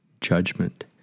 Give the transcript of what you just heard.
Judgment